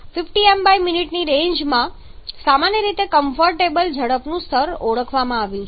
15 mmin ની રેન્જમાં સામાન્ય રીતે ખૂબ કમ્ફર્ટેબલ ઝડપનું સ્તર ઓળખવામાં આવ્યું છે